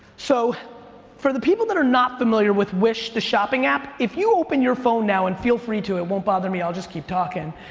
so for the people that are not familiar with wish, the shopping app, if you open your phone now, and feel free to, it won't bother me. i'll just keep talking.